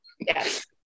yes